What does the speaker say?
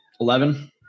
eleven